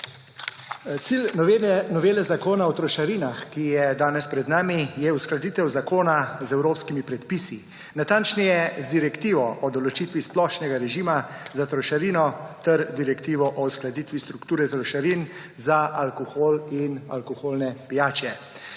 Cilj novele Zakona o trošarinah, ki je danes pred nami, je uskladitev zakona z evropskimi predpisi, natančneje z direktivo o določitvi splošnega režima za trošarino ter direktivo o uskladitvi strukture trošarin za alkohol in alkoholne pijače.